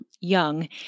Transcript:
young